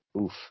Oof